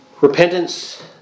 repentance